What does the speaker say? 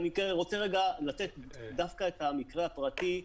ואני רוצה דווקא לתת את המקרה הפרטי: